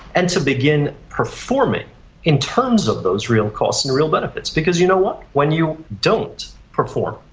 and to begin performing in terms of those real costs and real benefits, because you know what? when you don't perform,